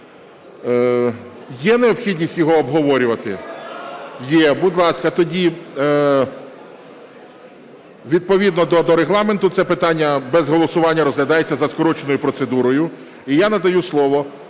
Є необхідність його обговорювати? (Шум у залі) Є. Будь ласка, тоді відповідно до Регламенту це питання без голосування розглядається за скороченою процедурою. І я надаю слово